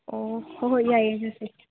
ꯑꯣ ꯍꯣꯏ ꯍꯣꯏ ꯌꯥꯏꯑꯦ ꯆꯠꯁꯦ